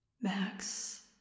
Max